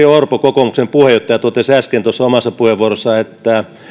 orpo kokoomuksen puheenjohtaja totesi äsken tuossa omassa puheenvuorossaan että